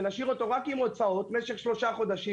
נשאיר אותו רק עם הוצאות במשך שלושה חודשים.